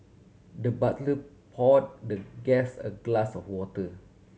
the butler pour the guest a glass of water